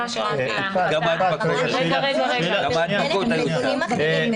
תודה ש ------ עם נתונים אחרים,